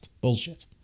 Bullshit